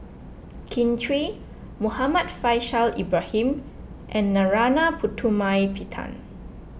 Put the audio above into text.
Kin Chui Muhammad Faishal Ibrahim and Narana Putumaippittan